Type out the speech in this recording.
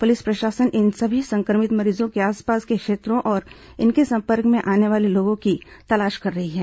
police प्रशासन इन सभी संक्रमित मरीजों के आसपास के क्षेत्रों और इनके संपर्क में आने वाले लोगों की तलाश कर रही है